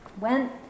went